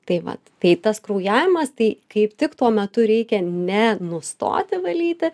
tai vat tai tas kraujavimas tai kaip tik tuo metu reikia ne nustoti valyti